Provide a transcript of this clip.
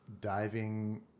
Diving